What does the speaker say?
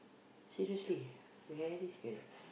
seriously very scary